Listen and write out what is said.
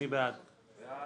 של סיעת